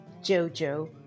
JoJo